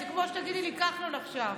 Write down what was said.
זה כמו שתגידי לי כחלון עכשיו.